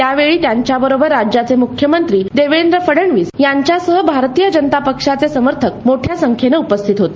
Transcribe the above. त्यावेळी त्यांच्याबरोबर राज्याचे मुख्यमत्री देवेंद्र फडणविस यांच्यासह भारतीय जनता पक्षाचे समर्थक मोठ्या संख्येन उपस्थित होते